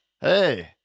Hey